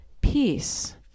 peace